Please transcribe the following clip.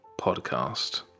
podcast